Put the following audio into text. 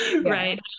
right